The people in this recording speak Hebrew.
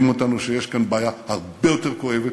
אותנו שיש כאן בעיה הרבה יותר כואבת,